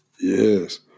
Yes